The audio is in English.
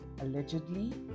allegedly